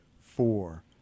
four